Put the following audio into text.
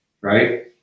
right